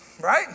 right